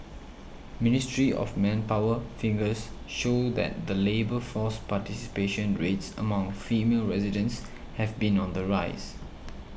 ministry of Manpower figures show that the labour force participation rates among female residents have been on the rise